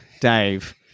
Dave